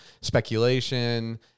speculation